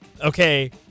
okay